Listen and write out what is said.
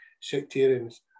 sectarians